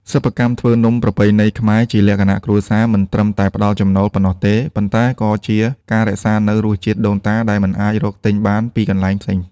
សិប្បកម្មធ្វើនំប្រពៃណីខ្មែរជាលក្ខណៈគ្រួសារ មិនត្រឹមតែផ្ដល់ចំណូលប៉ុណ្ណោះទេ ប៉ុន្តែក៏ជាការរក្សានូវរសជាតិដូនតាដែលមិនអាចរកទិញបានពីកន្លែងផ្សេង។